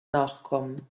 nachkommen